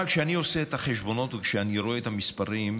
אבל כשאני עושה את החשבונות וכשאני רואה את המספרים,